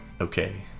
okay